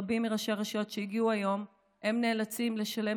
רבים מראשי הרשויות שהגיעו היום נאלצים לשלם